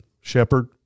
shepherd